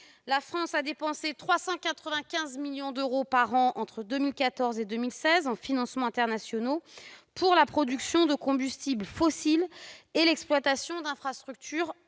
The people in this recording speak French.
La France a dépensé 395 millions d'euros par an entre 2014 et 2016 en financements internationaux pour la production de combustibles fossiles et l'exploitation d'infrastructures